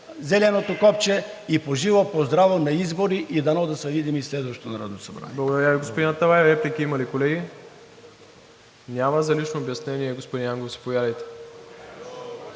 зеленото копче и по живо по здраво на избори и дано да се видим и в следващото Народно събрание.